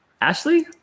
Ashley